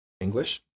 English